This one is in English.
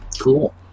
cool